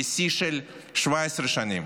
לשיא של 17 שנים.